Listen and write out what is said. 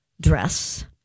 dress